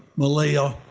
malaysia,